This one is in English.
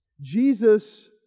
Jesus